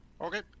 Okay